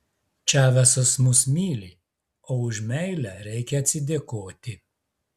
čavesas mus myli o už meilę reikia atsidėkoti